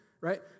Right